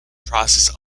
process